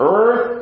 earth